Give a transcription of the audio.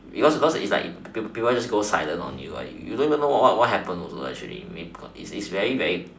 because because is like people just go silent on you you don't even know what what happen also actually it's very very